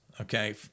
okay